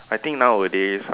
I think nowadays